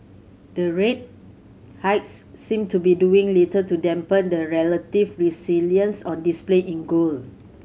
the rate hikes seem to be doing little to dampen the relative resilience on display in gold